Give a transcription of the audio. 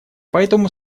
поэтому